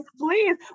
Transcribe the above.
please